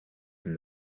from